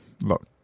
look